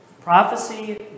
Prophecy